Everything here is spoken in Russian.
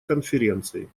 конференции